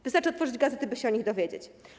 Wystarczy otworzyć gazetę, by się o nich dowiedzieć.